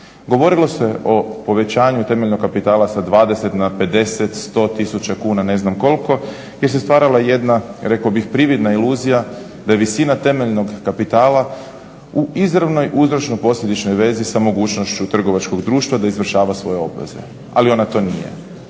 Govorilo se o povećanju temeljnog kapitala sa 20 na 50, 100 tisuća kuna ne znam koliko gdje se stvarala jedna rekao bih prividna iluzija da je visina temeljnog kapitala u izravnoj uzročno-posljedičnoj vezi sa mogućnošću trgovačkog društva da izvršava svoje obveze. Ali ona to nije.